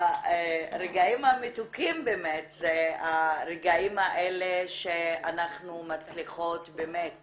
המתוקים באמת זה הרגעים האלה שאנחנו מצליחות באמת